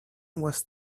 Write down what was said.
was